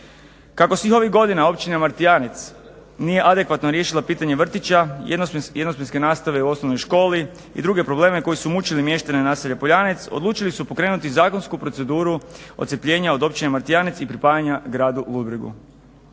Kako svih ovih godina Općine Donji Martijanec nije adekvatno riješila pitanje vrtića jednosmjenske nastave u osnovnoj školi i druge problem koji su mučile mještane naselja Poljanec odlučili su pokrenuti zakonsku proceduru odcjepljenja od Općine Martijanec i pripajanja gradu Ludbregu.